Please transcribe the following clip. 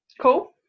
Cool